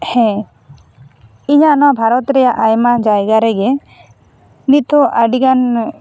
ᱦᱮᱸ ᱤᱧᱟᱹᱜ ᱱᱚᱣᱟ ᱵᱷᱟᱨᱚᱛ ᱨᱮᱭᱟᱜ ᱟᱭᱢᱟ ᱡᱟᱭᱜᱟ ᱨᱮᱜᱮ ᱱᱤᱛᱚᱜ ᱟᱹᱰᱤ ᱜᱟᱱ